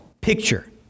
picture